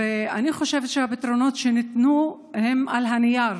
אני חושבת שהפתרונות שניתנו הם על הנייר.